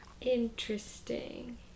Interesting